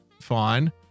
fine